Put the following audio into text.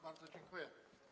Bardzo dziękuję.